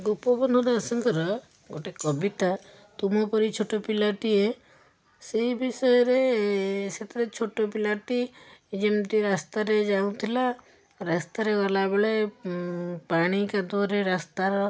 ଗୋପବନ୍ଧୁ ଦାସଙ୍କର ଗୋଟେ କବିତା ତୁମପରି ଛୋଟ ପିଲାଟିଏ ସେହି ବିଷୟରେ ସେତେବେଳେ ଛୋଟ ପିଲାଟି ଯେମିତି ରାସ୍ତାରେ ଯାଉଥିଲା ରାସ୍ତାରେ ଗଲାବେଳେ ପାଣି କାଦୁଅରେ ରାସ୍ତାର